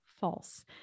false